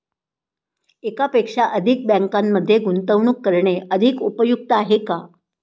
एकापेक्षा अधिक बँकांमध्ये गुंतवणूक करणे अधिक उपयुक्त आहे का?